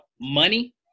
money